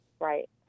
right